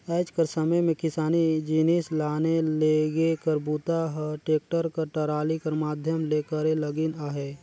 आएज कर समे मे किसानी जिनिस लाने लेगे कर बूता ह टेक्टर कर टराली कर माध्यम ले करे लगिन अहे